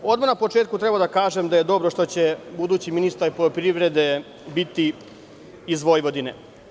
Odmah na početku treba da kažem da je dobro što je budući ministar poljoprivrede iz Vojvodine.